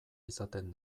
izaten